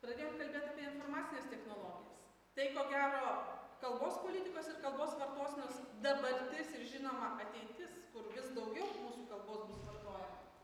pradėjau kalbėt apie informacines technologijas tai ko gero kalbos politikos ir kalbos vartosenos dabartis ir žinoma ateitis kur vis daugiau mūsų kalbos bus vartojama